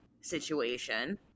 situation